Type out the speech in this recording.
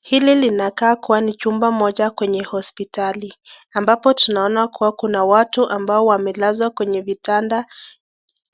Hiki kinakaa kuwa ni chumba moja kwenye hosiptali, ambapo tunaona kuwa kuna watu ambao wamelazwa kwenye vitanda